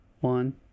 one